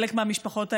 את חלק מהמשפחות האלה,